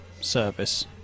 service